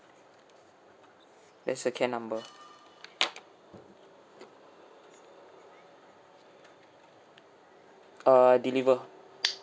that's second number err deliver